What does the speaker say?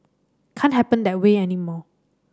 can't happen that way anymore